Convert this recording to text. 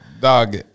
dog